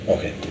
Okay